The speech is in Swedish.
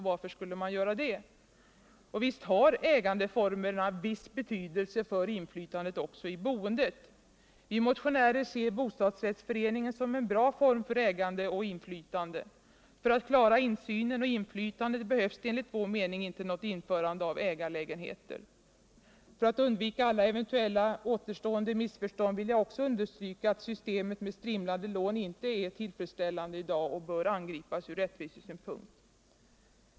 Varför skulle man göra det? Och visst har ägandeformerna viss betydelse för inflytandet också i boendet: Vi motionärer ser bostadsrättsföreningen som cn bra form för ägande och inflytande. För att klara insynen och inflytandet behövs det enligt vår mening inte något införande av ägarlägenheter. För att undvika alla eventuella återstående missförstånd vill jag också understryka att systemet med strimlade lån inte är tillfredsställande i dag och bör åtgärdas ur rättvisesynpunkt.